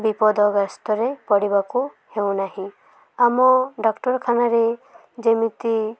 ବିପଦ ଗ୍ରସ୍ତରେ ପଡ଼ିବାକୁ ହେଉନାହିଁ ଆମ ଡ଼ାକ୍ଟରଖାନାରେ ଯେମିତି